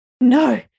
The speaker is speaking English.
no